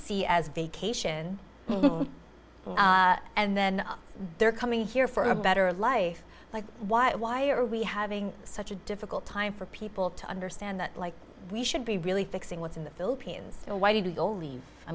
see as a vacation and then they're coming here for a better life like why why are we having such a difficult time for people to understand that like we should be really fixing what's in the philippines and why do you